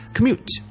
Commute